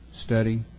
study